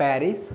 Paris